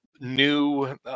new